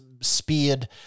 speared